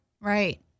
Right